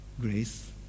Grace